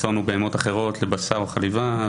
צאן ובהמות אחרות לבשר או חליבה,